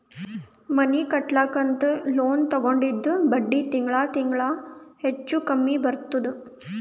ಮನಿ ಕಟ್ಲಕ್ ಅಂತ್ ಲೋನ್ ತಗೊಂಡಿದ್ದ ಬಡ್ಡಿ ತಿಂಗಳಾ ತಿಂಗಳಾ ಹೆಚ್ಚು ಕಮ್ಮಿ ಬರ್ತುದ್